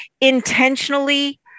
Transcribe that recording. intentionally